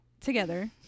together